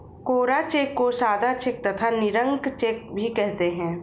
कोरा cheque को सादा cheque तथा निरंक चेक भी कहते हैं